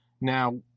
Now